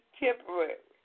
temporary